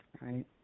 right